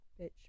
Bitch